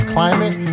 Climate